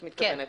כן.